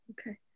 Okay